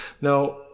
now